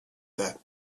that